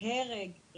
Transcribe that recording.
הרג,